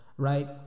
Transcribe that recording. right